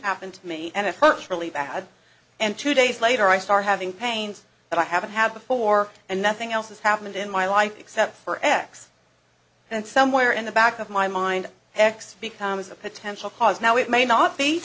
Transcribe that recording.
happened to me and it hurts really bad and two days later i start having pains that i haven't had before and nothing else has happened in my life except for x and somewhere in the back of my mind x becomes a potential cause now it may not be